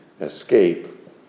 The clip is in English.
escape